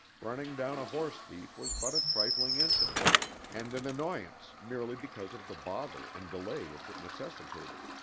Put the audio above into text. running down a horse thief was but a trifling incident and an annoyance merely because of the bother and delay which it necessitated.